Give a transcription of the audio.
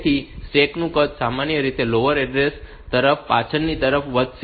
તેથી સ્ટેક નું કદ સામાન્ય રીતે લોઅર ઓર્ડર તરફ પાછળની તરફ વધશે